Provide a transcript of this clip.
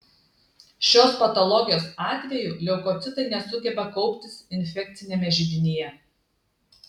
šios patologijos atveju leukocitai nesugeba kauptis infekciniame židinyje